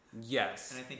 Yes